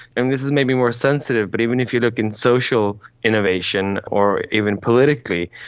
and this is maybe more sensitive, but even if you look in social innovation or even politically,